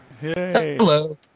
Hello